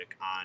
on